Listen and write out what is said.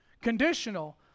Conditional